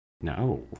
No